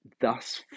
thus